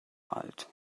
alt